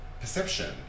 perception